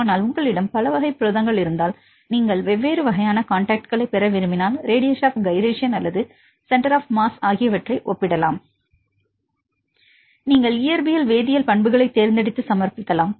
ஆனால் உங்களிடம் பல வகை புரதங்கள் இருந்தால் நீங்கள் வெவ்வேறு வகையான காண்டாக்ட்களைப் பெற விரும்பினால் ரேடியஸ் ஆப் கைரேஷன் அல்லது சென்டர் ஆப் மாஸ் ஆகியவற்றை ஒப்பிடலாம் நீங்கள் இயற்பியல் வேதியியல் பண்புகளைத் தேர்ந்தெடுத்து சமர்ப்பித்தால்